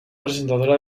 presentadora